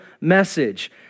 message